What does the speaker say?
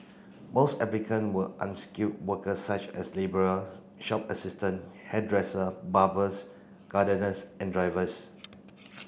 most applicant were unskilled worker such as labourer shop assistant hairdresser barbers gardeners and drivers